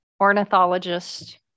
ornithologist